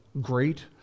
great